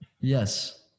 Yes